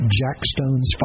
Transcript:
jackstones